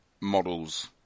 models